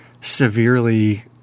severely